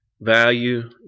value